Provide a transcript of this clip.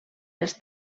els